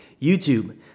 YouTube